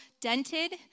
dented